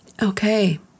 Okay